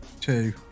Two